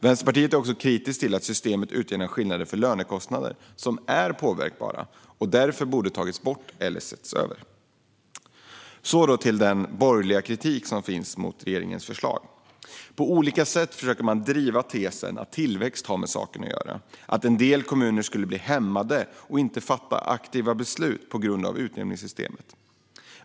Vänsterpartiet är också kritiskt till att systemet utjämnar för skillnader i lönekostnader som är påverkbara och därför borde ha tagits bort eller setts över. Så till den borgerliga kritik som finns mot regeringens förslag. På olika sätt försöker man driva tesen att tillväxt har med saken att göra - att en del kommuner skulle bli hämmade och inte fatta aktiva beslut på grund av utjämningssystemet.